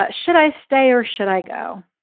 but should i stay or should i go?